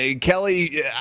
Kelly